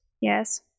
Yes